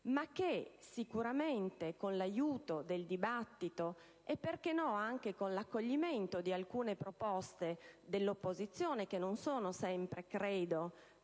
ma che sicuramente, con l'aiuto del dibattito e anche con l'accoglimento di alcune proposte dell'opposizione, che credo non siano sempre da